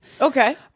Okay